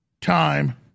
time